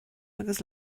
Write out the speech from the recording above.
agus